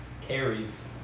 carries